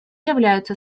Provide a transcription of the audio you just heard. являются